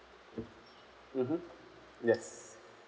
mmhmm yes